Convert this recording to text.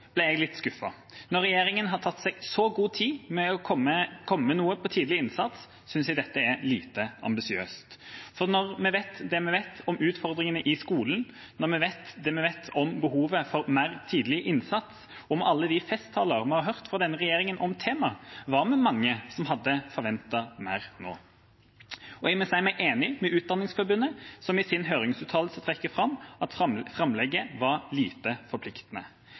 ble jeg litt skuffet. Når regjeringa har tatt seg så god tid til å komme med noe vedrørende tidlig innsats, synes jeg dette er lite ambisiøst. Når vi vet det vi vet om utfordringene i skolen, når vi vet det vi vet om behovet for mer tidlig innsats, og med alle de festtaler vi har hørt fra denne regjeringa om temaet, var vi mange som hadde forventet mer nå. Jeg må si meg enig med Utdanningsforbundet, som i sin høringsuttalelse trekker fram at framlegget er lite forpliktende.